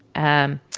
and,